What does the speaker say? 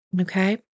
okay